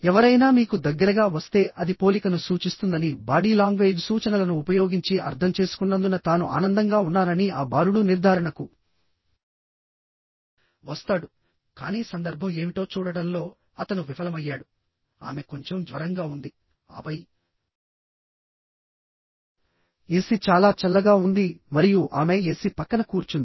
ఎవరైనా మీకు దగ్గరగా వస్తే అది పోలికను సూచిస్తుందని బాడీ లాంగ్వేజ్ సూచనలను ఉపయోగించి అర్థం చేసుకున్నందున తాను ఆనందంగా ఉన్నానని ఆ బాలుడు నిర్ధారణకు వస్తాడు కానీ సందర్భం ఏమిటో చూడడంలో అతను విఫలమయ్యాడు ఆమె కొంచెం జ్వరంగా ఉంది ఆపై ఎసి చాలా చల్లగా ఉంది మరియు ఆమె ఎసి పక్కన కూర్చుంది